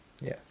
Yes